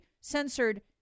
censored